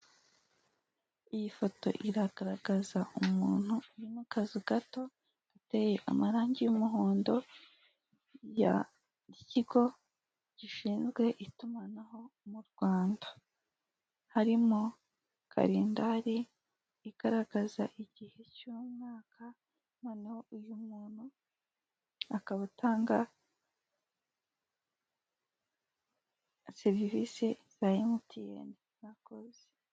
Iyi foto iragaragaza umuntu uri mu kazu gato iteye amarange y'umuhondo y'ikigo gishinzwe itumanaho mu Rwanda harimo karindari igaragaza igihe cy'umwaka noneho uyu muntu akaba atanga serivise za MTN.